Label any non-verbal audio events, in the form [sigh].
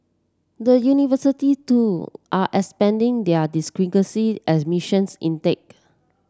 the university too are expanding their [unintelligible] as missions intake